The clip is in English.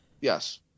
Yes